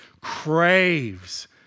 craves